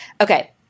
Okay